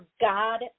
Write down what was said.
God